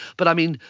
but i mean,